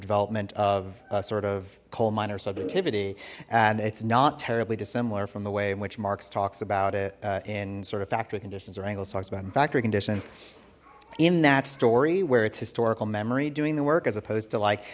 development of a sort of coal miners subjectivity and it's not terribly dissimilar from the way in which marx talks about it in sort of factory conditions or angliss talks about in factory conditions in that story where it's historical memory doing the work as opposed to like